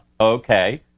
okay